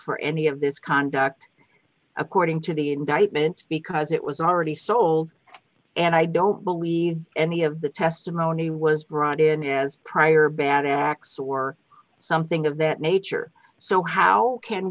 for any of this conduct according to the indictment because it was already sold and i don't believe any of the testimony was brought in as prior bad acts or something of that nature so how can